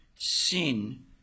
sin